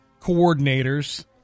coordinators